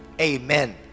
amen